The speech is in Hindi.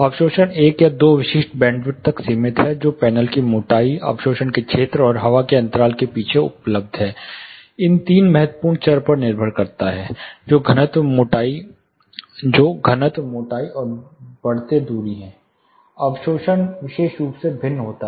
अवशोषण एक या दो विशिष्ट बैंडवाइड्स तक सीमित है जो पैनल की मोटाई अवशोषण के क्षेत्र और हवा के अंतराल के पीछे उपलब्ध है इन तीन महत्वपूर्ण चर पर निर्भर करता है जो घनत्व मोटाई और बढ़ते दूरी हैं अवशोषण विशेष रूप से भिन्न होता है